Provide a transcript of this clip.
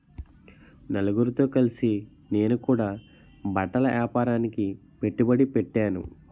నలుగురితో కలిసి నేను కూడా బట్టల ఏపారానికి పెట్టుబడి పెట్టేను